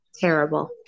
terrible